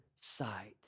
sight